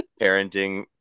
parenting